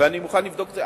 ואני מוכן לבדוק את זה,